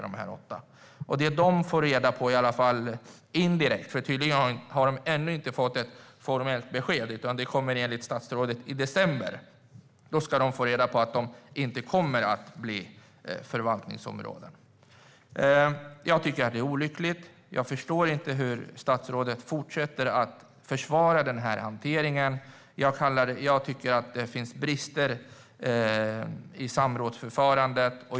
De åtta kommunerna har fått reda på detta indirekt, för tydligen har de ännu inte fått något formellt besked. Det kommer enligt statsrådet i december. Då ska de få reda på att de inte kommer att bli förvaltningsområden. Jag tycker att det är olyckligt. Jag förstår inte hur statsrådet kan fortsätta att försvara den här hanteringen. Jag tycker att det finns brister i samrådsförfarandet.